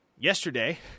yesterday